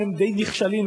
הם די נכשלים,